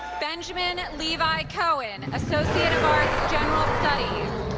benjamin levi cohen, associate of arts, general studies.